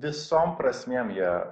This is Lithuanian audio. visom prasmėm jie